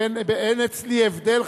אין אצלי הבדל,